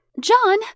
John